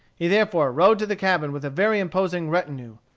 he therefore rode to the cabin with a very imposing retinue.